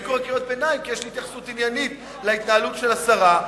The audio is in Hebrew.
אני קורא קריאות ביניים כי יש לי התייחסות עניינית להתנהלות של השרה.